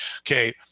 Okay